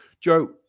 Joe